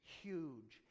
huge